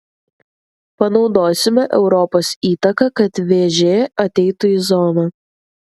panaudosime europos įtaką kad vėžė ateitų į zoną